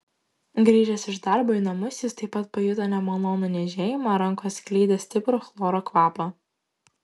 grįžęs iš darbo į namus jis taip pat pajuto nemalonų niežėjimą rankos skleidė stiprų chloro kvapą